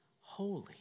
holy